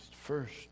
first